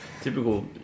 typical